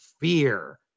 fear